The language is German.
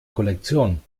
kollektion